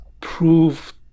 proved